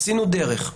עשינו דרך.